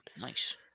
Nice